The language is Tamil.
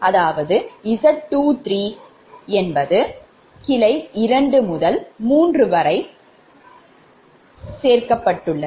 அதாவது Z23 2 முதல் 3 வரை சேர்க்கவும்